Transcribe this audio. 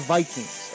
Vikings